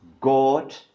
God